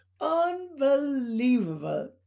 Unbelievable